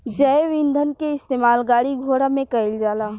जैव ईंधन के इस्तेमाल गाड़ी घोड़ा में कईल जाला